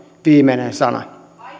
viimeinen sana